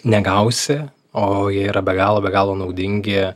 negausi o jie yra be galo be galo naudingi